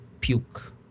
puke